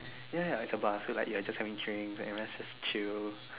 ya ya is a bar so like you are just having drinks everyone is just chill